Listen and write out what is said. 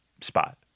spot